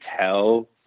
tell